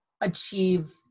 achieve